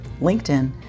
LinkedIn